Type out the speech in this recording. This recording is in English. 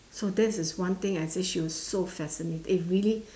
so this is one thing I would say she was so fascinating it really